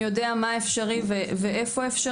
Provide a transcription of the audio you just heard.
יודע מה אפשרי והיכן.